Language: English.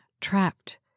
trapped